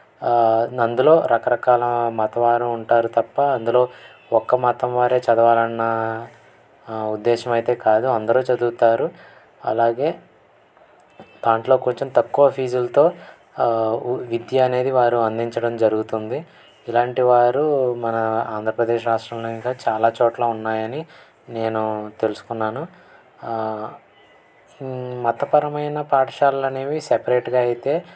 అందులో రకరకాల మతం వారు ఉంటారు తప్ప అందులో ఒక్క మతం వారే చదవాలన్న ఉద్దేశం అయితే కాదు అందరు చదువుతారు అలాగే దాంట్లో కొంచెం తక్కువ ఫీజులతో విద్య అనేది వారు అందించడం జరుగుతుంది ఇలాంటి వారు మన ఆంధ్రప్రదేశ్ రాష్ట్రంలో ఇంకా చాలా చోట్ల ఉన్నాయని నేను తెలుసుకున్నాను మతపరమైన పాఠశాలు అనేవి సపరేట్గా అయితే